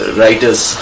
writer's